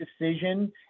decision